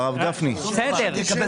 אני מסכים.